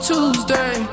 Tuesday